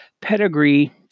Pedigree